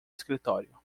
escritório